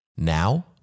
Now